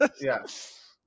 yes